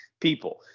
people